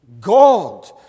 God